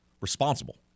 Responsible